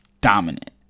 dominant